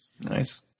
Nice